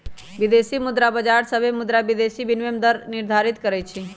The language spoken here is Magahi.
विदेशी मुद्रा बाजार सभे मुद्रा विदेशी विनिमय दर निर्धारित करई छई